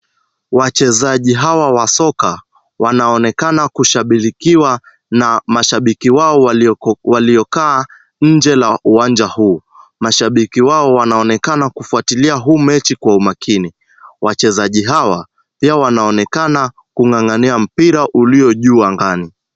Wachezaji hawa wa soka wanaonekana kushabikiwa na mashabiki wao waliokaa nje la uwanja huu. Mashabiki wao wanaonekana kufuatilia hii mechi kwa umakini. Wachezaji hawa pia wanaonekana kung'ang'ania mpira ulio juu angani.